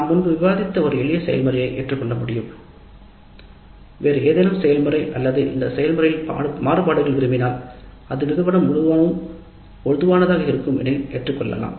நாம் முன்பு விவாதித்த ஒரு எளிய செயல் முறையை ஏற்றுக்கொள்ள முடியும் வேறு ஏதேனும் செயல்முறை அல்லது இந்த செயல்முறையில் மாறுபாடுகள் விரும்பினால் அது நிறுவனம் முழுவதும் பொதுவானதாக இருக்கும் எனில் ஏற்றுக்கொள்ளலாம்